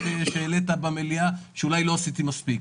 שהעלית במליאה שאולי לא עשיתי מספיק.